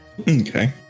okay